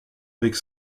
avec